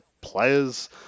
players